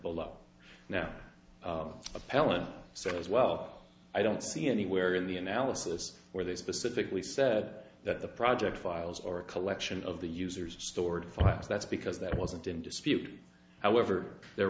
below now appellant said as well i don't see anywhere in the analysis where they specifically said that the project files are a collection of the user's stored files that's because that wasn't in dispute however they're